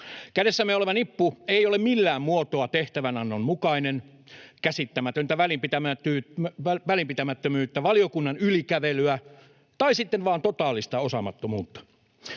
Kädessämme oleva nippu ei ole millään muotoa tehtävänannon mukainen — käsittämätöntä välinpitämättömyyttä, valiokunnan yli kävelyä tai sitten vaan totaalista osaamattomuutta.